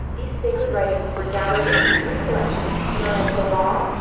these sacred writings were gathered into three collections known as the law,